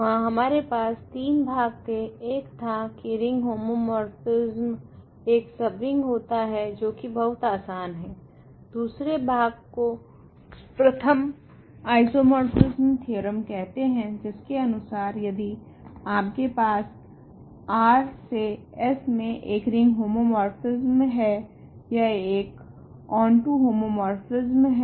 वहाँ हमारे पास तीन भाग थे एक था की रिंग होमोमोर्फिस्म एक सबरिंग होता है जो की बहुत आसान है दूसरे भाग को प्रथम आइसोमोर्फिसम थेओरेम कहते है जिसके अनुसार यदि आपके पास R से S मे एक रिंग होमोमोर्फिस्म है यह एक ओंटो होमोमोर्फिस्म है